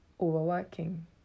overworking